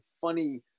funny